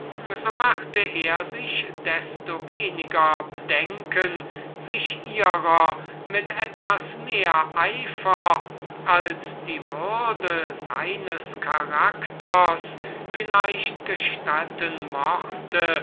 so machte er sich desto weniger bedenken sich ihrer mit etwas mehr eifer als die würde seines charakters vielleicht gestatten mochte